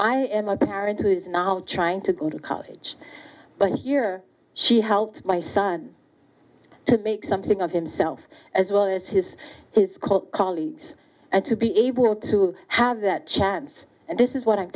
i am a parent who is now trying to go to college but here she helped my son to make something of himself as well as his colleagues and to be able to have that chance and this is what i'm